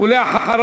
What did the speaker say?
יעלה חבר